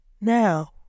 Now